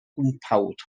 gwmpawd